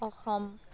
Assam